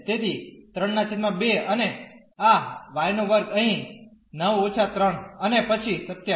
તેથી 32 અને આ y2 અહીં 9−3 અને પછી 27